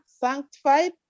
sanctified